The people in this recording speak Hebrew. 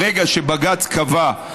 ברגע שבג"ץ קבע,